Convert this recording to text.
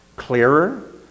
clearer